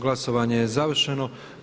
Glasovanje je završeno.